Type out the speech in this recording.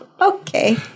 okay